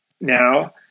now